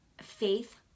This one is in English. faith